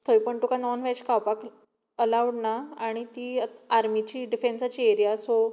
थंय पूण तुका नॉन वॅज खावपाक अलावड ना आनी ती आर्मिची डिफँसाची एरया सो